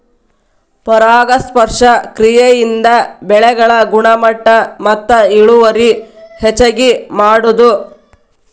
ಪರಾಗಸ್ಪರ್ಶ ಕ್ರಿಯೆಯಿಂದ ಬೆಳೆಗಳ ಗುಣಮಟ್ಟ ಮತ್ತ ಇಳುವರಿ ಹೆಚಗಿ ಮಾಡುದು